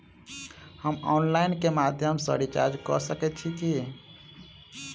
हम ऑनलाइन केँ माध्यम सँ रिचार्ज कऽ सकैत छी की?